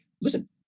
Listen